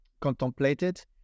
contemplated